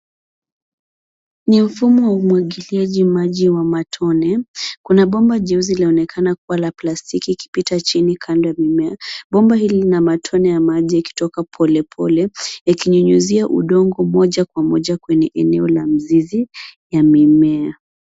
Ni mfumo wa umwagiliaji maji wa matone. Kuna bomba jeusi laonekana kuwa la plastiki likipita chini kando ya mimea. Bomba hili lina matone ya maji yakitoka polepole yakinyunyuzia udongo moja kwa moja kwenye eneo la mizizi ya mimea.